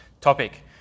topic